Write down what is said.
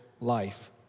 life